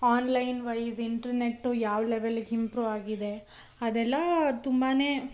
onlinewise internet ಯಾವ ಲೆವೆಲಿಗೆ improve ಆಗಿದೆ ಅದೆಲ್ಲ ತುಂಬಾ